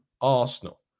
Arsenal